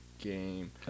game